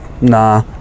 nah